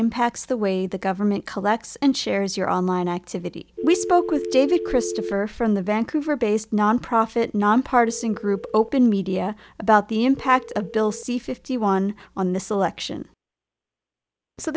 impacts the way the government collects and shares your online activity we spoke with david christopher from the vancouver based nonprofit nonpartisan group open media about the impact of bill c fifty one on the selection so